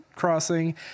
crossing